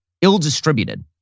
ill-distributed